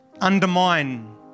undermine